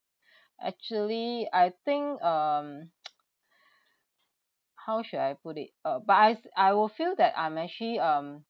actually I think um how should I put it uh but I f~ I will feel that I'm actually um